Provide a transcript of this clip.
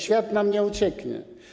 Świat nam nie ucieknie.